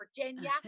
Virginia